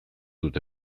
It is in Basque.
dut